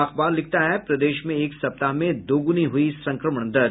अखबार लिखता है प्रदेश में एक सप्ताह में दुगनी हुई संक्रमण दर